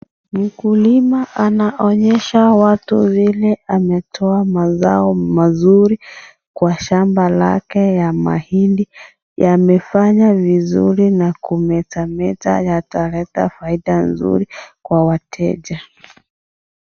Mkulima anaonyesha watu vile ametoa mazao mazuri kwa shamba lake ya mahindi, yamefanya vizuri na kumetameta yataleta faida nzuri kwa wateja.